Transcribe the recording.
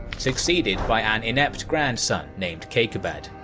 succeeded by an inept grandson named kayqubad.